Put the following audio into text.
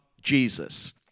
Jesus